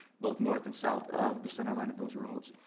both north and south of the center line of those roads.